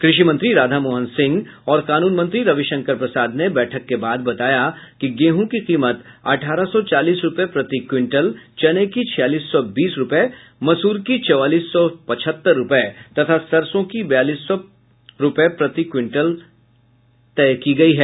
कृषि मंत्री राधा मोहन सिंह और कानून मंत्री रविशंकर प्रसाद ने बैठक के बाद बताया कि गेहूं की कीमत अठारह सौ चालीस रुपये प्रति क्विंटल चने की छियालीस सौ बीस रुपये मसूर की चौवालीस सौ पचहत्तर रुपये तथा सरसों की बयालीस सौ रुपये प्रति क्विंटल तय की गयी है